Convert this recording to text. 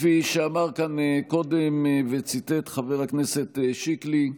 כפי שאמר כאן קודם וציטט חבר הכנסת שיקלי: